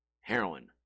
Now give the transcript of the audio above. heroin